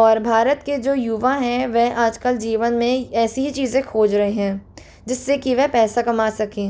और भारत के जो युवा हैं वे आजकल जीवन में ऐसी ही चीज़ें खोज रहे हैं जिससे कि वह पैसा कमा सकें